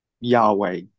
Yahweh